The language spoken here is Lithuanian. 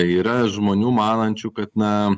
yra žmonių manančių kad na